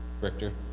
Richter